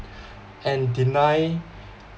and deny